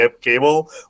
cable